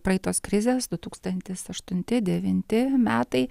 praeitos krizės du tūkstantis aštunti devinti metai